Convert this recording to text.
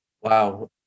Wow